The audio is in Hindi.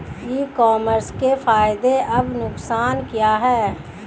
ई कॉमर्स के फायदे एवं नुकसान क्या हैं?